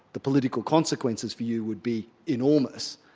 the political consequences for you would be enormous.